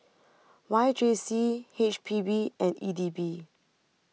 Y J C H P B and E D B